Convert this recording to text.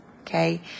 okay